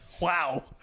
Wow